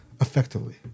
effectively